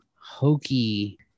hokey